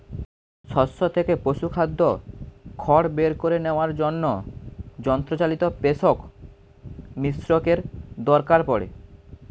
শস্য থেকে পশুখাদ্য খড় বের করে নেওয়ার জন্য যন্ত্রচালিত পেষক মিশ্রকের দরকার পড়ে